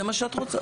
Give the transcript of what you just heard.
זה מה שאת אומרת.